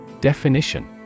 Definition